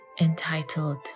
entitled